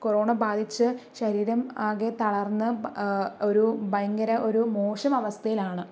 corona ബാധിച്ച് ശരീരം ആകെ തളർന്ന് ഒരു ഭയങ്കര ഒരു മോശം അവസ്ഥയിലാണ്